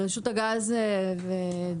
רשות הגז ודרור,